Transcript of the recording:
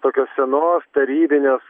tokios senos tarybinės